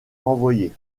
renvoyer